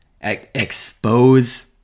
Expose